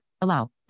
allow